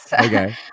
Okay